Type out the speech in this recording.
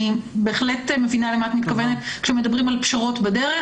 אני בהחלט מבינה למה את מתכוונת כשמדברים על פשרות בדרך.